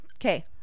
okay